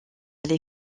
les